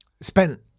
spent